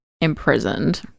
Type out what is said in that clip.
imprisoned